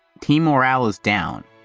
team morale is down.